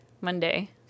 Monday